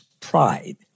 pride